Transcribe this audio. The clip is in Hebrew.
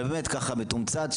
אבל באמת ככה מתומצת,